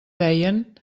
deien